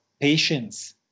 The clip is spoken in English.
patience